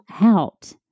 out